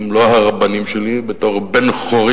הם לא הרבנים שלי, בתור בן-חורין.